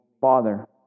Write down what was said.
Father